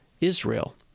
Israel